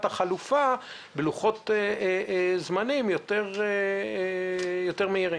החלופה בלוחות זמנים יותר מהירים.